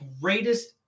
greatest